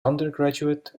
undergraduate